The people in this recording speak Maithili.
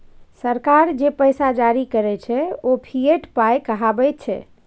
सरकार जे पैसा जारी करैत छै ओ फिएट पाय कहाबैत छै